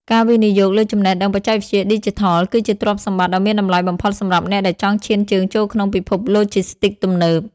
ការវិនិយោគលើចំណេះដឹងបច្ចេកវិទ្យាឌីជីថល គឺជាទ្រព្យសម្បត្តិដ៏មានតម្លៃបំផុតសម្រាប់អ្នកដែលចង់ឈានជើងចូលក្នុងពិភពឡូជីស្ទីកទំនើប។